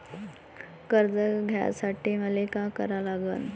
कर्ज घ्यासाठी मले का करा लागन?